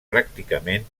pràcticament